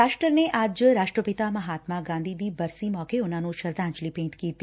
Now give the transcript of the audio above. ਰਾਸ਼ਟਰ ਨੇ ਅੱਜ ਰਾਸ਼ਟਰਪਿਤਾ ਮਹਾਤਮਾ ਗਾਂਧੀ ਦੀ ਬਰਸੀ ਮੌਕੇ ਉਨਾਂ ਨੂੰ ਸ਼ਰਧਾਂਜਲੀ ਭੇਟ ਕੀਤੀ